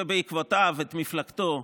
ובעקבותיו את מפלגתו,